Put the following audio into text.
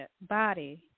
body